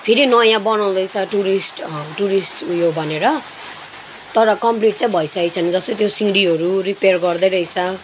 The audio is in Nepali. फेरि नयाँ बनाउँदैछ टुरिस्ट टुरिस्ट उयो भनेर तर कम्प्लिट चाहिँ भइसकेक छैन जस्तै त्यो सिँढीहरू रिप्येर गर्दै रहेछ